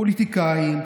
פוליטיקאים,